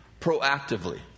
Proactively